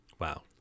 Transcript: wow